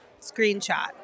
screenshot